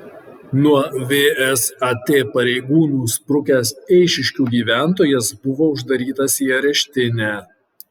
nuo vsat pareigūnų sprukęs eišiškių gyventojas buvo uždarytas į areštinę